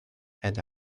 and